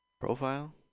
profile